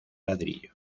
ladrillo